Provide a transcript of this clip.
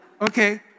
Okay